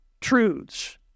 truths